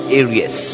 areas